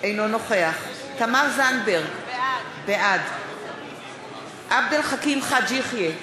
אינו נוכח תמר זנדברג, בעד עבד אל חכים חאג' יחיא,